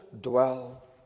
dwell